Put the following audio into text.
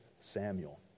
Samuel